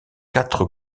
quatre